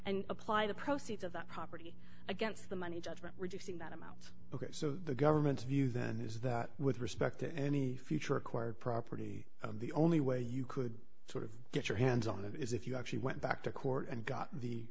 and apply the proceeds of that property against the money judgment reducing that amount so the government's view then is that with respect to any future acquired property the only way you could sort of get your hands on it is if you actually went back to court and got the